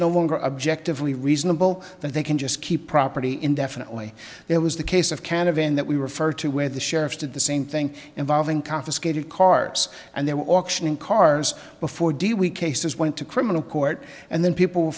no longer objectively reasonable that they can just keep property indefinitely there was the case of canavan that we refer to where the sheriff did the same thing involving confiscated cars and they're auctioning cars before d we cases went to criminal court and then people